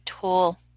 tool